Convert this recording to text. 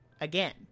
again